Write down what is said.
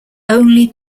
only